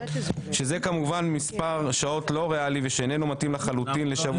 שזה כמובן מספר שעות לא ריאלי ושאיננו מתאים לחלוטין לשבוע של סוף מושב.